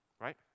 right